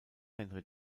henry